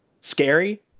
scary